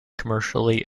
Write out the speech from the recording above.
commercially